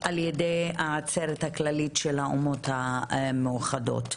על-ידי העצרת הכללית של האומות המאוחדות.